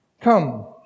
Come